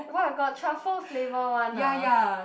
!wah! got truffle flavour one ah